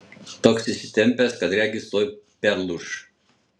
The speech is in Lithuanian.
toks įsitempęs kad regis tuoj perlūš